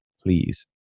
please